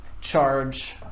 charge